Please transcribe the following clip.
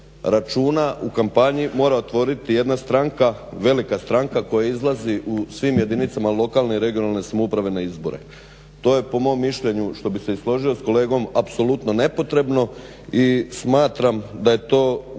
računa u kampanji mora otvoriti jedna stranka, velika stranka koja izlazi u svim jedinicama lokalne i regionalne samouprave na izbore. To je po mom mišljenju što bih se i složio s kolegom apsolutno nepotrebno i smatram da je to u jednu